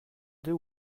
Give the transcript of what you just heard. deux